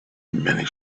many